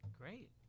Great